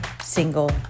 single